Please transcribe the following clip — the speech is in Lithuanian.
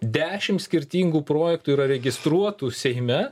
dešimt skirtingų projektų yra registruotų seime